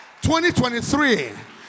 2023